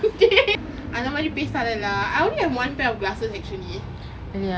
dey அந்த மாதிரி பேசாதே:antha maathiri pesathe lah I only have one pair of glasses actually